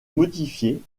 modifiés